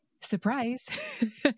surprise